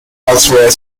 elsewhere